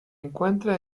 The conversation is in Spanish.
encuentra